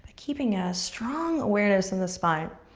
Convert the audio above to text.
keeping a strong awareness in the spine,